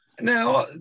Now